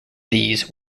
these